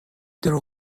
درو